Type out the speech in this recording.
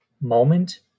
moment